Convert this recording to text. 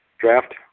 draft